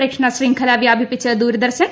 സംപ്രേഷണശൃംഖല വ്യാപിപ്പിച്ച് ദൂരദർശൻ